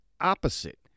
opposite